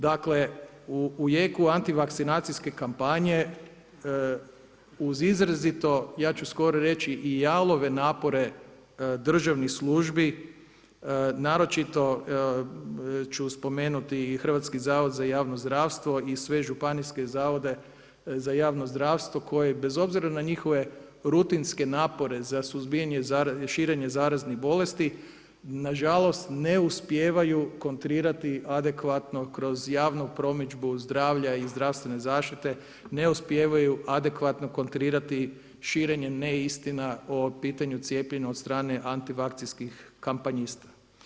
Dakle, u jeku antivakcinacijske kampanje uz izrazito ja ću skoro reći i jalove napore državnih službi, naročito ću spomenuti i Hrvatski zavod za javno zdravstvo i sve županijske zavode za javno zdravstvo bez obzira na njihove rutinske napore za suzbijanje, širenje zaraznih bolesti, na žalost ne spjevaju kontrirati adekvatno kroz javnu promidžbu zdravlja i zdravstvene zaštite, ne uspijevaju adekvatno kontrirati širenjem neistina po pitanju cijepljenja od strane antivakcinacijskih kampanjista.